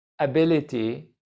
ability